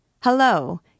Hello